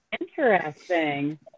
Interesting